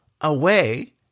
away